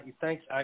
Thanks